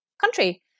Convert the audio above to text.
country